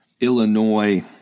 Illinois